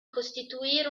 costituire